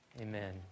Amen